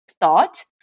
thought